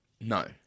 No